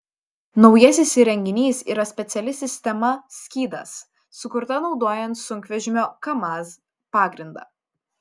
naujasis įrenginys yra speciali sistema skydas sukurta naudojant sunkvežimio kamaz pagrindą